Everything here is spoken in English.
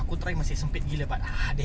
awesome sia